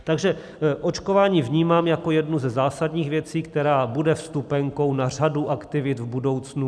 Takže očkování vnímám jako jednu ze zásadních věcí, která bude vstupenkou na řadu aktivit v budoucnu.